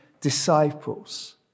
disciples